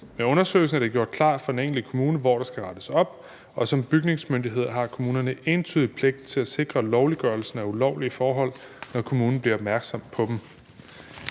Med undersøgelsen er det gjort klart for den enkelte kommune, hvor der skal rettes op, og som bygningsmyndighed har kommunerne entydig pligt til at sikre lovliggørelsen af ulovlige forhold, når kommunen bliver opmærksom på dem.